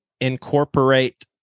incorporate